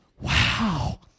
Wow